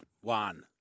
one